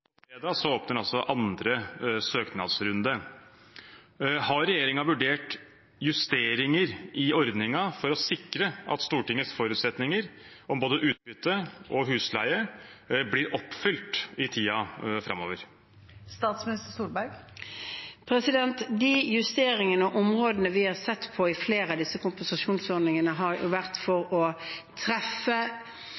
åpner altså andre søknadsrunde. Har regjeringen vurdert justeringer i ordningen for å sikre at Stortingets forutsetninger om både utbytte og husleie blir oppfylt i tiden framover? De justeringene og områdene vi har sett på i flere av disse kompensasjonsordningene, har vært for